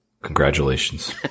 Congratulations